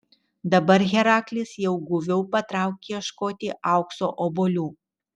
dabar heraklis jau guviau patraukė ieškoti aukso obuolių